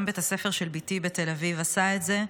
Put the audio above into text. גם בית הספר של בתי בתל אביב עשה את זה,